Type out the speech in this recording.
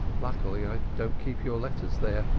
luckily, i don't keep your letters there.